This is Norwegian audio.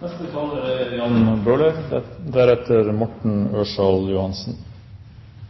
Dette er en viktig debatt. Den er kanskje også preget av at den favner veldig bredt nå, fra å